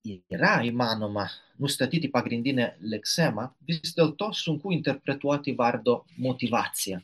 yra įmanoma nustatyti pagrindinę leksemą vis dėlto sunku interpretuoti vardo motyvaciją